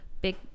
big